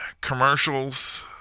commercials